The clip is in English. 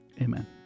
Amen